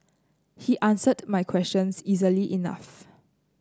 he answered my questions easily enough